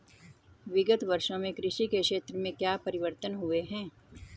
विगत वर्षों में कृषि के क्षेत्र में क्या परिवर्तन हुए हैं?